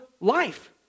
life